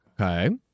Okay